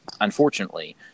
unfortunately